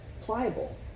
pliable